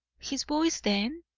his voice, then?